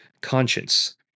conscience